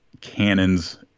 Cannon's